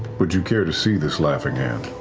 would you care to see this laughing hand?